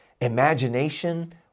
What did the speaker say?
imagination